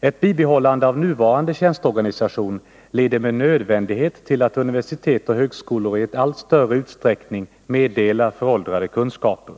Ett bibehållande av nuvarande tjänsteorganisation leder med nödvändighet till att universitet och högskolor i allt större utsträckning meddelar föråldrade kunskaper.